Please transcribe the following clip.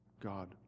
God